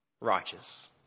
righteous